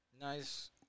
Nice